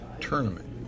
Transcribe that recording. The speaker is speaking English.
tournament